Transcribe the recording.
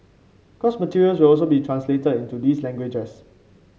course materials will also be translated into those languages